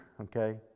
okay